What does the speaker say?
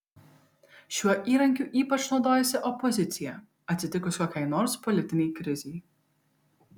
šiuo įrankiu ypač naudojasi opozicija atsitikus kokiai nors politinei krizei